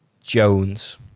Jones